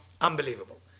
unbelievable